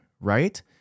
right